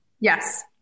Yes